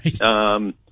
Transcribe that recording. Right